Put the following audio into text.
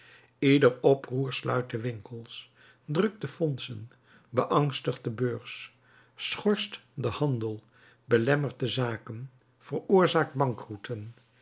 ieder oproer sluit de winkels drukt de fondsen beangstigt de beurs schorst den handel belemmert de zaken veroorzaakt